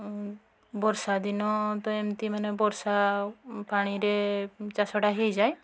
ବର୍ଷାଦିନ ତ ଏମିତି ମାନେ ବର୍ଷା ପାଣିରେ ଚାଷଟା ହୋଇଯାଏ